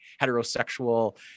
heterosexual